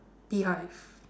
beehive